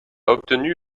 obtenu